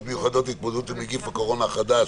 מיוחדות להתמודדות עם נגיף הקורונה החדש